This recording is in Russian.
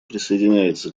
присоединяется